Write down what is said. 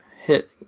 hit